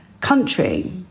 country